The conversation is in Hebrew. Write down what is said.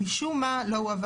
הם היו יחד כתחום אחד,